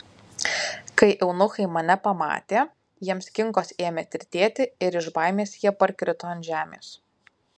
kai eunuchai mane pamatė jiems kinkos ėmė tirtėti ir iš baimės jie parkrito ant žemės